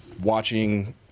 watching